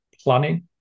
planning